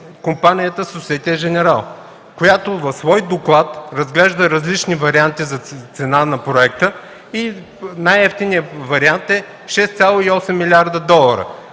компанията „Сосиете Женерал”, която в свой доклад разглежда различни варианти за цена на проекта и най-евтиният вариант е 6,8 милиарда долара.